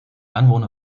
anwohner